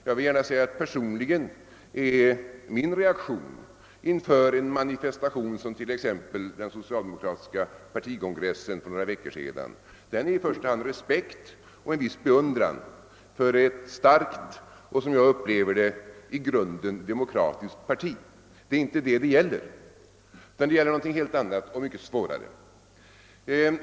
Jag vill gärna säga att min personliga reaktion inför en manifestation som t.ex. den socialdemokratiska partikongressen för några veckor sedan i första hand är respekt och en viss beundran för ett starkt och — som jag uppfattar det — i grunden demokratiskt parti. Det är inte den saken det gäller, utan det gäller någonting helt annat och mycket svårare.